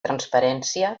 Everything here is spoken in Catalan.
transparència